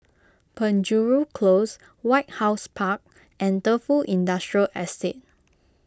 Penjuru Close White House Park and Defu Industrial Estate